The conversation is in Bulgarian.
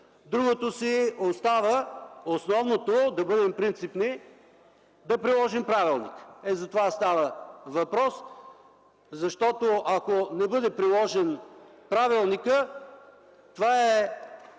Другото си остава, основното – да бъдем принципни, да приложим правилника. За това става въпрос. Защото, ако не бъде приложен правилникът, това е